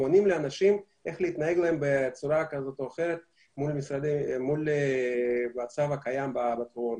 ועונים לאנשים בצורה כזו או אחרת איך להתנהג במצב הקיים בקורונה.